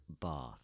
Bath